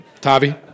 Tavi